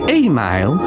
email